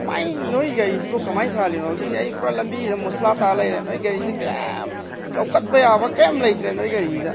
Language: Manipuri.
ꯀꯃꯥꯏꯅ ꯅꯣꯏ ꯒꯥꯔꯤꯁꯨꯕꯨ ꯀꯃꯥꯏꯅ ꯁꯥꯜꯂꯤꯅꯣ ꯍꯧꯖꯤꯛ ꯑꯩ ꯄꯨꯔꯥ ꯂꯝꯕꯤꯁꯤꯗ ꯃꯨꯁꯂꯥ ꯇꯥ ꯂꯩꯔꯦ ꯅꯣꯏ ꯒꯥꯔꯤꯁꯤꯗꯤ ꯀꯔꯤꯝ ꯂꯧꯈꯠꯄ ꯌꯥꯕ ꯀꯔꯤꯝ ꯂꯩꯇ꯭ꯔꯦ ꯅꯣꯏ ꯒꯥꯔꯤꯁꯤꯗ